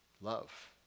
love